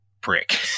prick